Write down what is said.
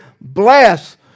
bless